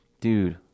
Dude